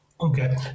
Okay